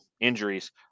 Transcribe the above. injuries